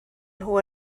nhw